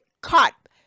caught